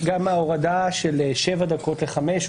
גם ההורדה מ-7 דקות ל-5.